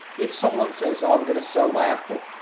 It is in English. if someone says i'm going to sell my apple,